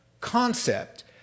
concept